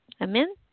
Amen